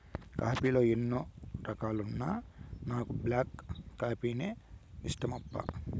coffee లో ఎన్నో రకాలున్నా నాకు బ్లాక్ కాఫీనే ఇష్టమప్పా